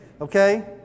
Okay